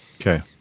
Okay